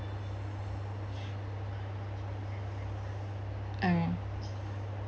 uh